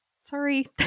sorry